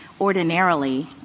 ordinarily